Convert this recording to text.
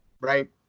right